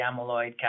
amyloid